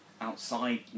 outside